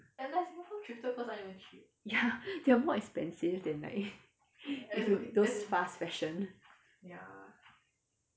ya they are more expensive than like those fast fashion